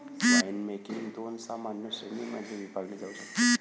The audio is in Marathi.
वाइनमेकिंग दोन सामान्य श्रेणीं मध्ये विभागले जाऊ शकते